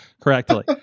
correctly